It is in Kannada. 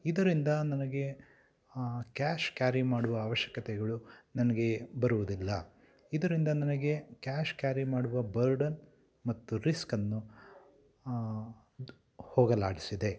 ಇದರಿಂದ ನನಗೆ ಕ್ಯಾಶ್ ಕ್ಯಾರಿ ಮಾಡುವ ಅವಶ್ಯಕತೆಗಳು ನನಗೆ ಬರುವುದಿಲ್ಲ ಇದರಿಂದ ನನಗೆ ಕ್ಯಾಶ್ ಕ್ಯಾರಿ ಮಾಡುವ ಬರ್ಡನ್ ಮತ್ತು ರಿಸ್ಕನ್ನು ದು ಹೋಗಲಾಡಿಸಿದೆ